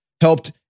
helped